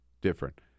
different